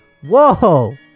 Whoa